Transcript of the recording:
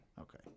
okay